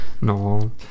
no